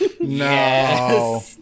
No